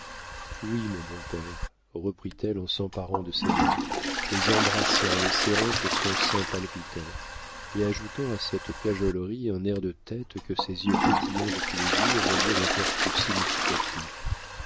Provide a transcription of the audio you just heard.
oui mon bon père reprit-elle en s'emparant de ses mains les embrassant les serrant sur son sein palpitant et ajoutant à cette cajolerie un air de tête que ses yeux pétillants de plaisir rendirent encore plus significatif